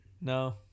No